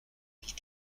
mille